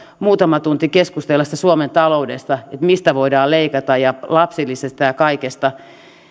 muutaman tunnin keskustellessamme suomen taloudesta että mistä voidaan leikata lapsilisistä ja kaikesta